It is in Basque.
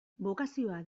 bokazioa